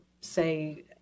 say